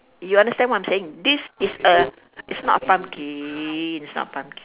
you understand what I'm saying this is a it's not a pumpkin it's not a pumpkin